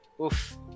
Oof